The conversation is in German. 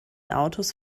autos